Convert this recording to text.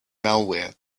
malware